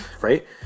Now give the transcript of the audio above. right